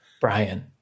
Brian